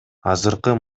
азыркы